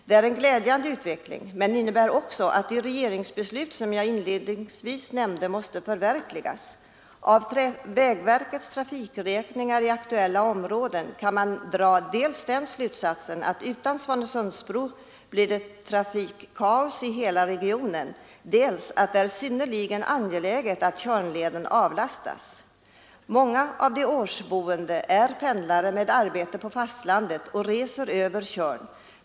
Det är en glädjande utveckling, men den innebär också att de regeringsbeslut jag inledningsvis nämnde måste förverkligas. Av vägverkets trafikräkningar i aktuella områden kan man dra slutsatsen att det utan Svanesundsbron blir trafikkaos i hela regionen samt att det är synnerligen angeläget att Tjörnleden avlastas. Många av de årsboende är pendlare med arbete på fastlandet och reser över Tjörn.